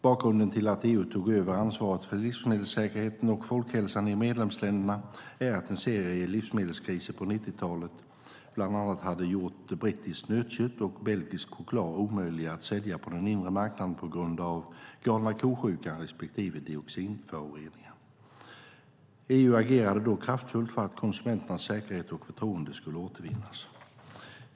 Bakgrunden till att EU tog över ansvaret för livsmedelssäkerheten och folkhälsan i medlemsländerna är att en serie livsmedelskriser på 90-talet bland annat hade gjort brittiskt nötkött och belgisk choklad omöjliga att sälja på den inre marknaden på grund av galna ko-sjukan respektive dioxinföroreningar. EU agerade då kraftfullt för att konsumenternas säkerhet och förtroende skulle återvinnas.